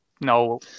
No